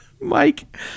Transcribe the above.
Mike